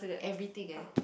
everything eh